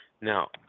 Now